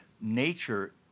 Nature